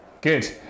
Good